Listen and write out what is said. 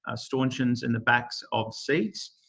ah stanchions in the backs of seats.